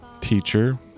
teacher